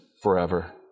Forever